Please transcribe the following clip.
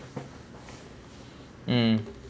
mm